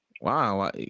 Wow